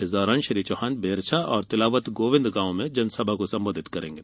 इस दौरान श्री चौहान बेरछा और तिलावतगोविंद गांव में जनसभा को सम्बोधित करेंगे